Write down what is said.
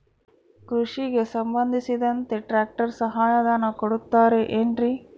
ಕೃಷಿಗೆ ಸಂಬಂಧಿಸಿದಂತೆ ಟ್ರ್ಯಾಕ್ಟರ್ ಸಹಾಯಧನ ಕೊಡುತ್ತಾರೆ ಏನ್ರಿ?